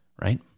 right